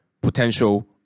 potential